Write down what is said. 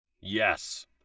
yes